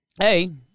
Hey